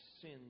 sin